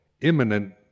imminent